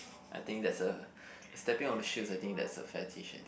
I think that's a stepping of the shoes I think that's a fair